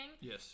Yes